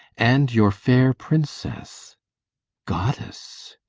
and your fair princess goddess!